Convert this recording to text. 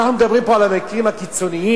אנחנו מדברים פה על המקרים הקיצוניים